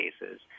cases